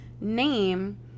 name